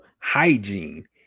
hygiene